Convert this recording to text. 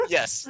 Yes